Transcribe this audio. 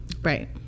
right